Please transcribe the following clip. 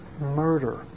murder